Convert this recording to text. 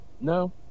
no